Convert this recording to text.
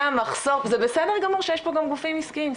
זה בסדר גמור שיש כאן גם גופים עסקיים,